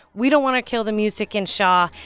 we don't want to kill the music in shaw.